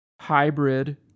hybrid